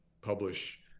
publish